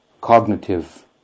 cognitive